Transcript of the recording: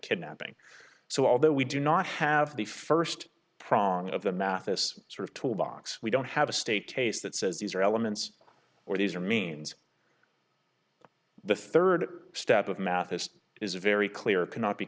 kidnapping so although we do not have the first prong of the math this sort of toolbox we don't have a state case that says these are elements or these are means the third step of math this is very clear cannot be